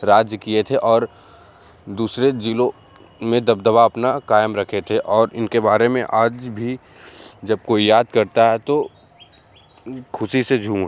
राज किए थे और दूसरे ज़िलों में दबदबा अपना कायम रखे थे और इनके बारे में आज भी जब कोई याद करता है तो खुशी से झूम उठ